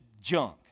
junk